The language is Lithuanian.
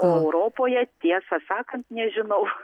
o europoje tiesą sakant nežinau